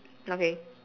okay